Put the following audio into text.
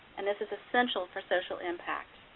and this is essential for social impact.